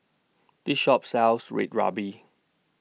This Shop sells Red Ruby